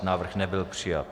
Návrh nebyl přijat.